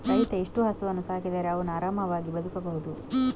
ರೈತ ಎಷ್ಟು ಹಸುವನ್ನು ಸಾಕಿದರೆ ಅವನು ಆರಾಮವಾಗಿ ಬದುಕಬಹುದು?